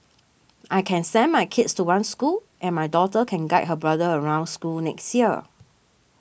I can send my kids to one school and my daughter can guide her brother around school next year